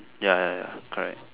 ya ya ya correct